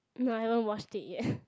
no I haven't watch it yet